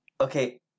Okay